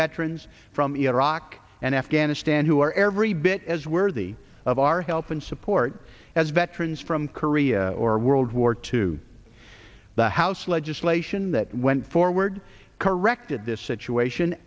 veterans from iraq and afghanistan who are every bit as worthy of our help and support as veterans from korea or world war two the house legislation that went forward corrected this situation